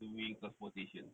doing transportation